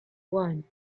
one